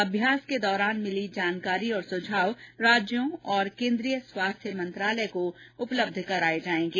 अभ्यास के दौरान मिली जानकारी और सुझाव राज्यों और केन्द्रीय स्वास्थ्य मंत्रालय को उपलब्ध कराए जाएंगे